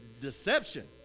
deception